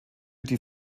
die